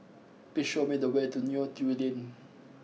please show me the way to Neo Tiew Lane